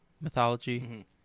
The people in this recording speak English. mythology